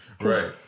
right